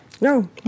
No